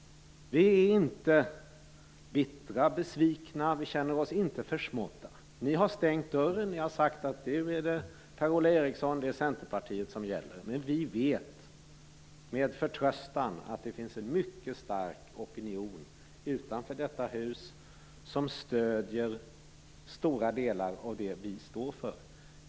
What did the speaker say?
Vi är inte bittra och besvikna, och vi känner oss inte försmådda. Ni har stängt dörren, och ni har sagt att det nu är Per-Ola Eriksson och Centerpartiet som gäller. Men vi vet med förtröstan att det finns en mycket stark opinion utanför detta hus som stöder stora delar av det som vi står för.